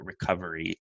recovery